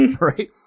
right